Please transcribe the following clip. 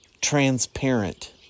transparent